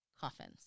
coffins